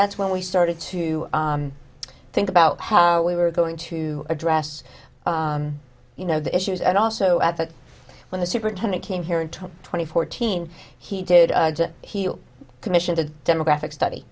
that's when we started to think about how we were going to address you know the issues and also at that when the superintendent came here and took twenty fourteen he did he commissioned a demographic study